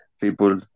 People